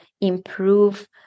improve